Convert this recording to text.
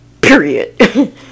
Period